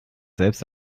selbst